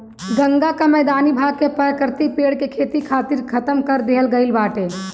गंगा कअ मैदानी भाग के प्राकृतिक पेड़ के खेती खातिर खतम कर दिहल गईल बाटे